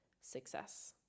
success